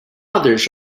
others